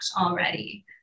already